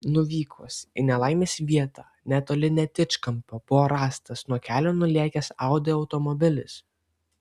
nuvykus į nelaimės vietą netoli netičkampio buvo rastas nuo kelio nulėkęs audi automobilis